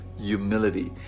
humility